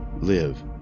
live